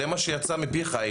זה מה שיצא מפיך,